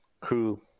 crew